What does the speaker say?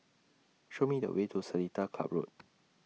Show Me The Way to Seletar Club Road